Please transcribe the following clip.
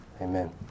Amen